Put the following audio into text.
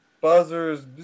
buzzers